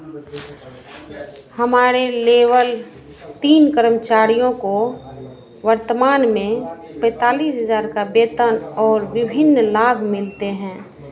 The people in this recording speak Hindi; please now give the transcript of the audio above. हमारे लेवल तीन करमचारियों को वर्तमान में पैंतालिस हज़ार का वेतन और विभिन्न लाभ मिलते हैं